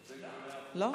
לא?